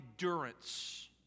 endurance